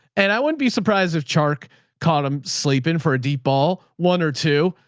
and i wouldn't be surprised if chark caught him sleeping for a deep ball one or two.